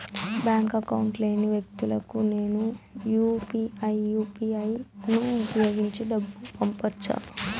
Bank account లేని వ్యక్తులకు నేను యు పి ఐ యు.పి.ఐ ను ఉపయోగించి డబ్బు పంపొచ్చా?